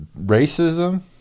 racism